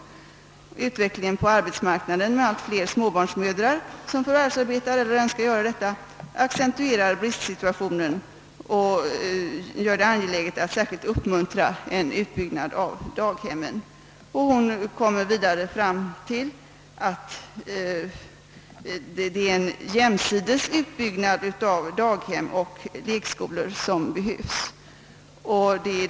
Utvecklingen på arbetsmarknaden med allt fler småbarnsmödrar, som förvärvsarbetar eller önskar göra detta, accentuerade bristsituationen och gjorde det angeläget att särskilt uppmuntra en utbyggnad av daghemmen.» Hon drar vidare den slutsatsen att det behövs en jämsides utbyggnad av daghem och lekskolor.